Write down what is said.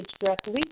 directly